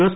S